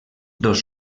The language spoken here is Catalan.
dos